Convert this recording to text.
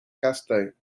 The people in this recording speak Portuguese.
castanho